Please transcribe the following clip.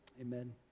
Amen